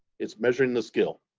it's measuring the skill.